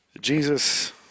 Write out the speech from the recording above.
Jesus